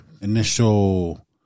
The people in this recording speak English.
initial